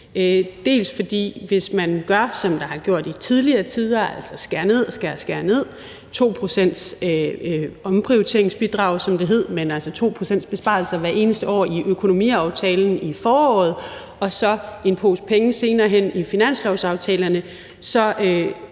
for hvis man gør, som man har gjort i tidligere tider, altså skærer ned og skærer ned med 2-procentsomprioriteringsbidraget, som det hed, altså med 2 pct. besparelser hvert eneste år i økonomiaftalen i foråret, og så giver en pose penge senere hen i finanslovsaftalen, så